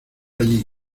allí